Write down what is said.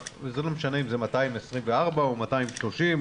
עמוסים בחולי קורונה.